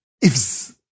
ifs